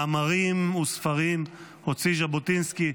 מאמרים וספרים הוציא ז'בוטינסקי,